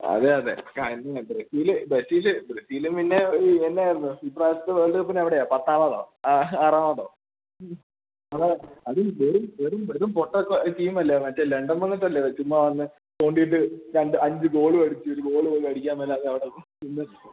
അതെ അതെ കഴിഞ്ഞ ബ്രസീല് ബ്രസീല് ബ്രസീല് പിന്നെ എന്തായിരുന്നു ഈ പ്രാവശ്യത്തെ വേൾഡ് കപ്പിന് എവിടെയാണ് പത്താമതോ ആറാമതോ അതും വെറും വെറും വെറും പൊട്ട ടീമല്ലേ മറ്റേ ലണ്ടൻ വന്നിട്ടല്ലേ ചുമ്മാ വന്ന് തോണ്ടിയിട്ട് അഞ്ച് ഗോളുമടിച്ച് ഒരു ഗോളുപോലും അടിക്കാന് വയ്യാതെ അവിടെ നിന്ന്